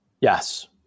Yes